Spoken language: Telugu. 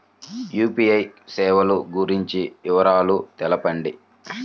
యూ.పీ.ఐ సేవలు గురించి వివరాలు తెలుపండి?